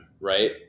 right